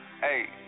Hey